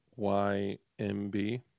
YMB